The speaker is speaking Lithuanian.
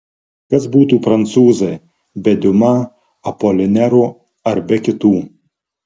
kas būtų prancūzai be diuma apolinero ar be kitų